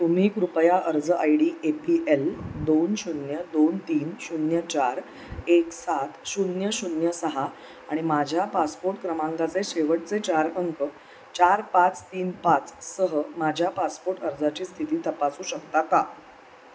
तुम्ही कृपया अर्ज I D A P L दोन शून्य दोन तीन शून्य चार एक सात शून्य शून्य सहा आणि माझ्या पासपोर्ट क्रमांकाचे शेवटचे चार अंक चार पाच तीन पाचसह माझ्या पासपोर्ट अर्जाची स्थिती तपासू शकता का